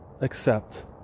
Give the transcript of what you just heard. accept